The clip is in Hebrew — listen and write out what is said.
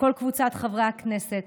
כל קבוצת חברי הכנסת,